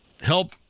help